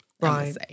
Right